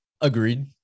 Agreed